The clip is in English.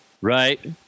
Right